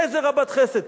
איזה רבת חסד?